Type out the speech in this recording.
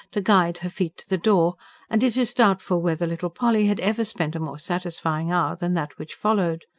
to guide her feet to the door and it is doubtful whether little polly had ever spent a more satisfying hour than that which followed.